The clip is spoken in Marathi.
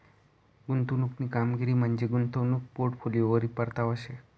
गुंतवणूकनी कामगिरी म्हंजी गुंतवणूक पोर्टफोलिओवरी परतावा शे